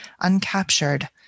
uncaptured